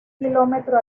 kilómetro